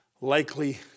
likely